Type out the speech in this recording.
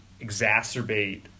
exacerbate